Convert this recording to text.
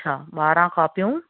अच्छा ॿारहं कॉपियूं